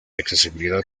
accesibilidad